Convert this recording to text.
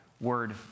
word